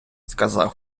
сказав